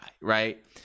right